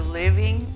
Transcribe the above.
living